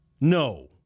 No